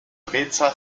drehzahl